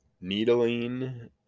needling